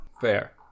Fair